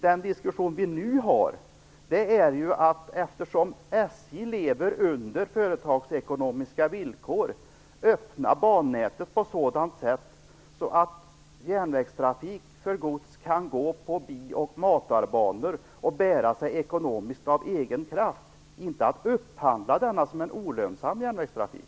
Den diskussion vi nu för är ju, eftersom SJ lever under företagsekonomiska villkor, att öppna bannätet på sådant sätt att järnvägstrafik för gods kan gå på bioch matarbanor och bära sig ekonomiskt av egen kraft, inte att upphandla denna som en olönsam järnvägstrafik.